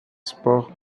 spores